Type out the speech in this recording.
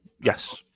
Yes